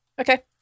Okay